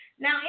Now